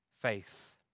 Faith